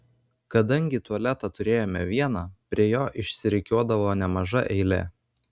kadangi tualetą turėjome vieną prie jo išsirikiuodavo nemaža eilė